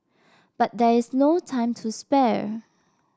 but there is no time to spare